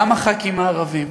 גם הח"כים הערבים,